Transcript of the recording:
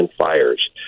fires